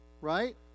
Right